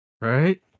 Right